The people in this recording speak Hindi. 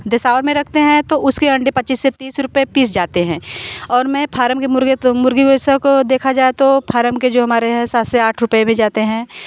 दिसावर में रखते हैं तो उसके अंडे पच्चीस से तीस रुपए पीस जाते हैं और मैं फॉरम के मुर्गे तो मुर्गी वैसा को देखा जाए तो फॉरम के जो हमारे हैं सात से आठ रुपए भी जाते हैं